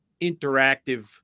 interactive